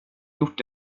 gjort